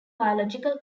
biological